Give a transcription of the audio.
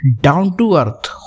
down-to-earth